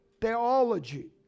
theology